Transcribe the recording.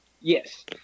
Yes